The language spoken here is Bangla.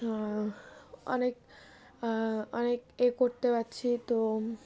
অনেক অনেক এ করতে পারছি তো